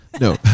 No